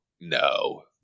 No